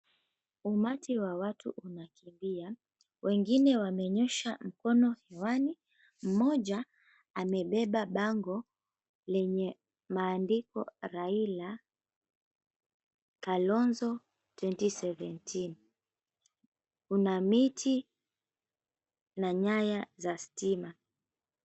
Umati wa watu unahutubiwa wengine wamenyoosha mikono hewani. Mmoja amebeba bango lenye maandiko Raila Kalonzo 2017. Kuna miti na nyaya za stima